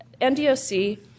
NDOC